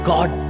God